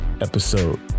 episode